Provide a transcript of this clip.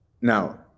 Now